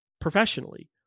professionally